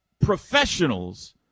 professionals